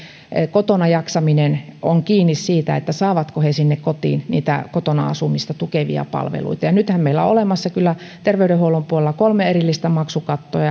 kotona jaksaminen on kiinni siitä saavatko he sinne kotiin niitä kotona asumista tukevia palveluita nythän meillä on olemassa kyllä terveydenhuollon puolella kolme erillistä maksukattoa